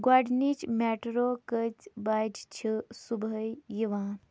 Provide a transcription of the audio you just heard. گۄڈٕنِچ میٹرٛو کٔژۍ بَجہِ چھِ صُبحٲے یِوان